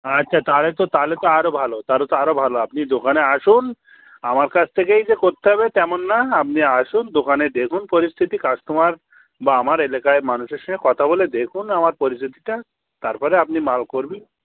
আচ্ছা তাহলে তো তাহলে তো আরও ভাল তাহলে তো আরও ভাল আপনি দোকানে আসুন আমার কাছ থেকেই যে করতে হবে তেমন না আপনি আসুন দোকানে দেখুন পরিস্থিতি কাস্টমার বা আমার এলাকায় মানুষের সঙ্গে কথা বলে দেখুন আমার পরিচিতিটা তারপরে আপনি মাল করবেন